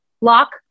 lock